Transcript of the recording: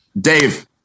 Dave